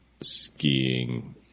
skiing